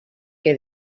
que